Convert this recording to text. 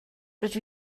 rydw